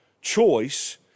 choice